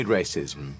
racism